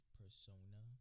persona